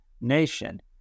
nation